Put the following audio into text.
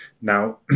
Now